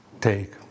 take